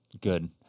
good